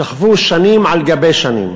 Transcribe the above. שכבו שנים על גבי שנים,